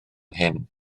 hyn